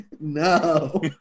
No